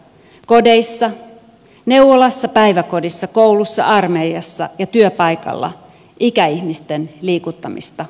kodeissa neuvolassa päiväkodissa koulussa armeijassa ja työpaikalla ikäihmisten liikuttamista unohtamatta